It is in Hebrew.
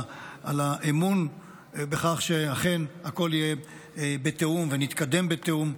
על האמון ועל כך שאכן הכול יהיה בתיאום ונתקדם בתיאום,